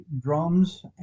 drums